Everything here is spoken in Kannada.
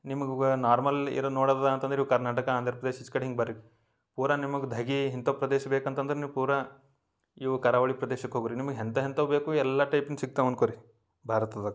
ನಿಮ್ಗೆ ನಾರ್ಮಲ್ ಏನಾರ ನೋಡೋದದ ಅಂತಂದ್ರೆ ಇವು ಕರ್ನಾಟಕ ಆಂಧ್ರ ಪ್ರದೇಶ ಈಚೆ ಕಡೆ ಹಿಂಗೆ ಬರೀ ಪೂರಾ ನಿಮ್ಗೆ ಧಗೆ ಇಂಥ ಪ್ರದೇಶ ಬೇಕಂತಂದ್ರೆ ನೀವು ಪೂರಾ ಇವು ಕರಾವಳಿ ಪ್ರದೇಶಕ್ಕೆ ಹೋಗಿ ರೀ ನಿಮಗೆ ಎಂಥ ಎಂಥವು ಬೇಕು ಎಲ್ಲ ಟೈಪಿಂದ್ ಸಿಗ್ತವೆ ಅಂದ್ಕೊ ರೀ ಭಾರತದಾಗ